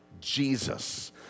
Jesus